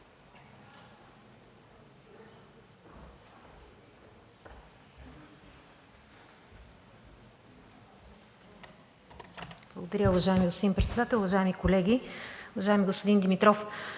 Благодаря, уважаеми господин Председател. Уважаеми колеги! Уважаеми господин Димитров,